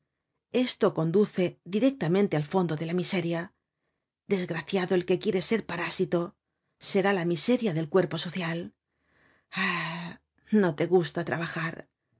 esto conduce directamente al fondo de la miseria desgraciado el que quiere ser parásito será la miseria del cuerpo social ah no te gusta trabajar